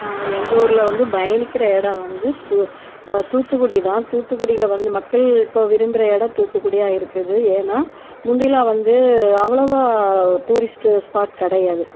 எங்கள் ஊரில் வந்து பயணிக்கிற இடம் வந்து தூ தூத்துக்குடி தான் தூத்துகுடியில வந்து மக்கள் இப்போ விருப்புகிற இடம் தூத்துக்குடியாக இருக்குது ஏன்னா முந்திலாம் வந்து அவ்ளோவாக டூரிஸ்ட்டு ஸ்பாட் கிடையாது